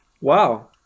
wow